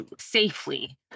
safely